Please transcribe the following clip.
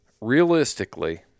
realistically